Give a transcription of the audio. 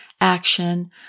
action